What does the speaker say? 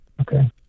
okay